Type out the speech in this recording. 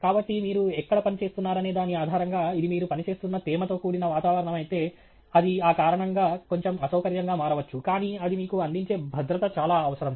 కాబట్టి మీరు ఎక్కడ పని చేస్తున్నారనే దాని ఆధారంగా ఇది మీరు పనిచేస్తున్న తేమతో కూడిన వాతావరణం అయితే అది ఆ కారణంగా కొంచెం అసౌకర్యంగా మారవచ్చు కానీ అది మీకు అందించే భద్రత చాలా అవసరం